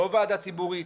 לא ועדה ציבורית,